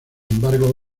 embargo